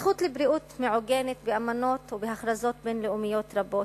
הזכות לבריאות מעוגנת באמנות ובהכרזות בין-לאומיות רבות.